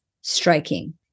striking